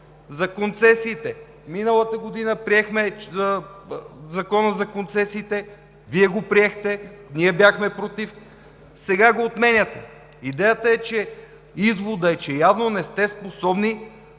За концесиите – миналата година приехме Закона за концесиите. Вие го приехте, ние бяхме против – сега го отменяте. Изводът е, че явно не сте способни